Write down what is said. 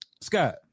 Scott